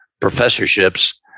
professorships